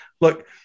look